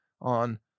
on